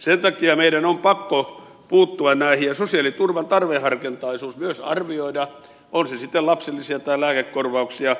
sen takia meidän on pakko puuttua näihin ja myös arvioida sosiaaliturvan tarveharkintaisuus on se sitten lapsilisiä tai lääkekorvauksia